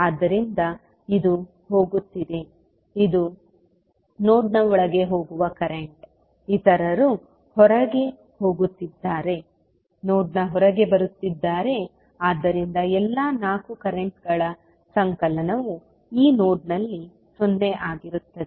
ಆದ್ದರಿಂದ ಇದು ಹೋಗುತ್ತಿದೆ ಇದು ನೋಡ್ನ ಒಳಗೆ ಹೋಗುವ ಕರೆಂಟ್ ಇತರರು ಹೊರಗೆ ಹೋಗುತ್ತಿದ್ದಾರೆ ನೋಡ್ನ ಹೊರಗೆ ಬರುತ್ತಿದ್ದಾರೆ ಆದ್ದರಿಂದ ಎಲ್ಲಾ 4 ಕರೆಂಟ್ಗಳ ಸಂಕಲನವು ಈ ನೋಡ್ನಲ್ಲಿ 0 ಆಗಿರುತ್ತದೆ